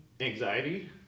Anxiety